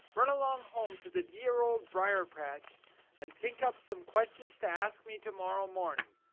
run along home to the dear old briar-patch and think up some questions to ask me to-morrow morning.